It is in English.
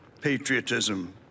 patriotism